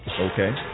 Okay